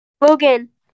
Logan